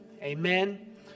amen